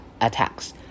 attacks